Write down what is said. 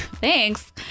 Thanks